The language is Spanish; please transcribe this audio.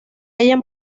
hayan